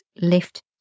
lift